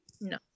no